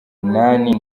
inani